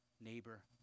neighbor